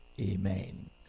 Amen